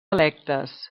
electes